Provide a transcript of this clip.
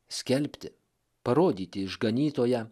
skelbti parodyti išganytoją